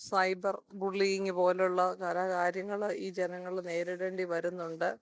cyber bullying പോലുള്ള പല കാര്യങ്ങൾ ഈ ജനങ്ങൾ നേരിടേണ്ടി വരുന്നുണ്ട്